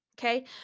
Okay